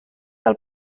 del